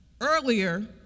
Earlier